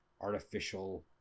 artificial